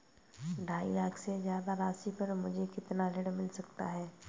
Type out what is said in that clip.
ढाई लाख से ज्यादा राशि पर मुझे कितना ऋण मिल सकता है?